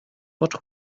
but